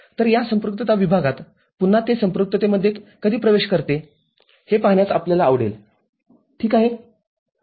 तर या संपृक्तता विभागात पुन्हा ते संपृक्ततेमध्ये कधी प्रवेश करते हे पाहण्यास आपल्याला आवडेल ठीक आहे